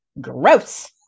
Gross